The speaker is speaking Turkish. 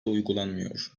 uygulanmıyor